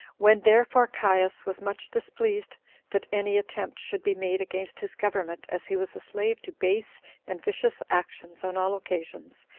when therefore caius was much displeased that any attempt should be made against his government as he was a slave to base and vicious actions on all occasions,